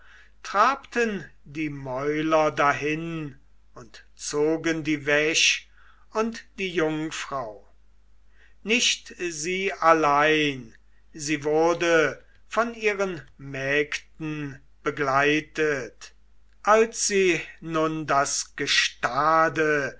trabten die mäuler dahin und zogen die wäsch und die jungfrau nicht sie allein sie wurde von ihren mägden begleitet als sie nun das gestade